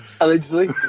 allegedly